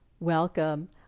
Welcome